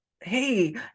hey